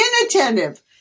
inattentive